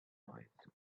noise